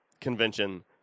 convention